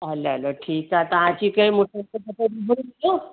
हलो त ठीकु आहे तव्हां अची करे